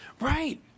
Right